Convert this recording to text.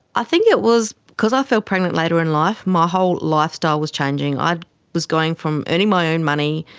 i think it was because i fell pregnant later in life, my whole lifestyle was changing. ah i was going from earning my own money,